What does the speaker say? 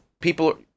people